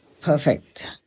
perfect